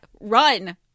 Run